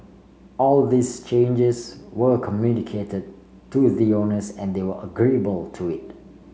all these changes were communicated to the owners and they were agreeable to it